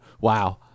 wow